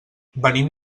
venim